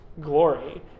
glory